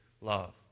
Love